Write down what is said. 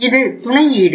இது துணை ஈடு